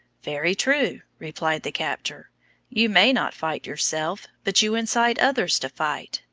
very true, replied the captor you may not fight yourself, but you incite others to fight.